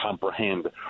comprehend